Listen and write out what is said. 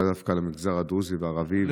לאו דווקא למגזר הדרוזי והערבי,